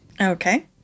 Okay